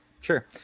Sure